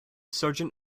sergeant